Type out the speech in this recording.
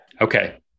Okay